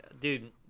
Dude